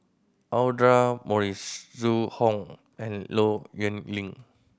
Audra Morrice Zhu Hong and Low Yen Ling